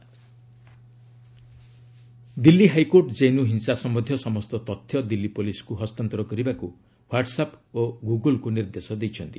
Delhi SC JNU Delhi high court JNU ହିଂସା ସମ୍ବନ୍ଧୀୟ ସମସ୍ତ ତଥ୍ୟ ଦିଲ୍ଲୀ ପୁଲିସ୍କୁ ହସ୍ତାନ୍ତର କରିବାକୁ ହ୍ୱାଟସ୍ଆପ୍ ଓ ଗୁଗୁଲକୁ ନିର୍ଦ୍ଦେଶ ଦେଇଛନ୍ତି